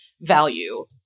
value